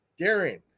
darren